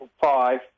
five